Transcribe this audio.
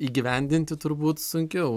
įgyvendinti turbūt sunkiau